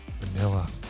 Vanilla